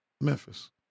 Memphis